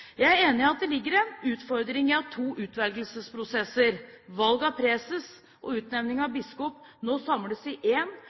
Jeg er enig i at det ligger en utfordring i at to utvelgelsesprosesser – valg av preses og utnevning av